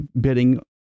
bidding